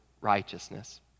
righteousness